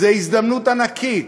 זה הזדמנות ענקית.